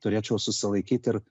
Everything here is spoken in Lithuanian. turėčiau susilaikyt ir